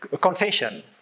confession